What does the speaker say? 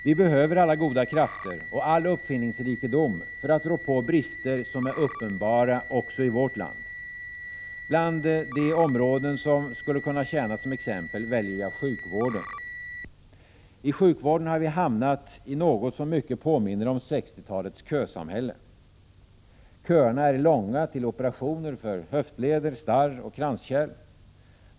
Vi behöver alla goda krafter och all uppfinningsrikedom för att rå på brister som är uppenbara också i vårt land. Bland de områden som kunde tjäna som exempel väljer jag sjukvården. I sjukvården har vi hamnat i något som mycket påminner om 1960-talets kösamhälle. Köerna är långa till operationer för höftleder, starr och kranskärl.